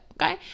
okay